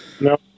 No